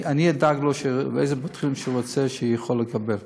אדאג לו באיזה בית-חולים שהוא רוצה שהוא יוכל לקבל.